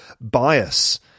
bias